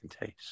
taste